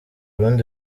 rundi